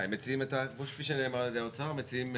אתה אומר, פה שר הפנים צריך לזה,